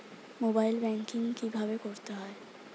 Mobile banking কীভাবে করতে হয়?